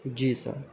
جی سر